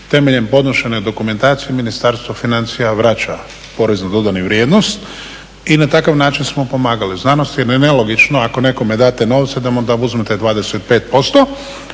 temeljem podnošenja dokumentacije Ministarstvo financija vraća porez na dodanu vrijednost i na takav način smo pomagali znanosti jer je nelogično ako nekome date novce da mu uzmete 25%.